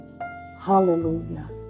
Hallelujah